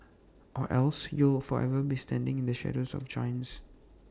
or else you will forever be standing in the shadows of giants